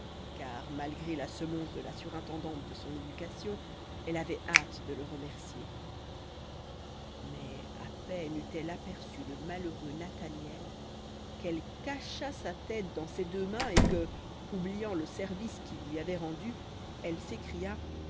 car malgré la semonce de la surintendante de son éducation elle avait hâte de le remercier mais à peine eut-elle aperçu le malheureux nathaniel qu'elle cacha sa tête dans ses deux mains et que oubliant le service qu'il lui avait rendu elle s'écria